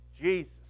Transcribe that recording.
Jesus